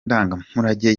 ndangamurage